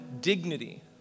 dignity